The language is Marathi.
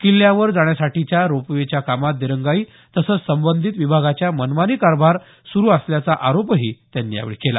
किल्ल्यावर जाण्यासाठीच्या रोपवेच्या कामात दिरंगाई तसंच संबंधित विभागाचा मनमानी कारभार सुरु असल्याचा आरोपही त्यांनी यावेळी केला